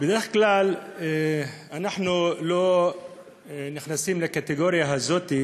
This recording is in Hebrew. בדרך כלל אנחנו לא נכנסים לקטגוריה הזאת,